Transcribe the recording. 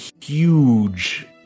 huge